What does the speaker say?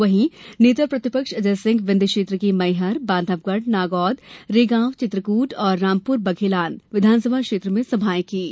वहीं नेता प्रतिपक्ष अजय सिंह विन्ध्य क्षेत्र की मैहर बांधवगढ़ नागौद रैगॉव चित्रकूट और रामपुर बघेलान विधानसभा क्षेत्र में सभायें कीं